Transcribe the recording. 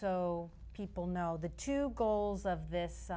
so people know the two goals of this